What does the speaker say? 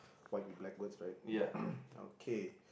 white with black words right okay